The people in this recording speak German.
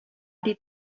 die